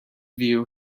view